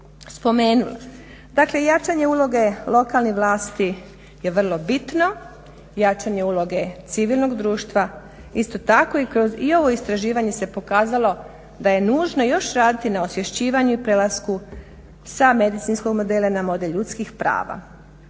spomenula. Dakle jačanje uloge lokalnih vlasti je vrlo bitno, jačanje uloge civilnog društva isto tako i ovo istraživanje se pokazalo da je nužno još raditi na osvješćivanju i prelasku sa medicinskog modela na model ljudskih prava,